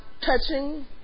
touching